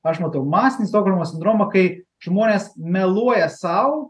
aš matau masinį stokholmo sindromą kai žmonės meluoja sau